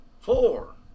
four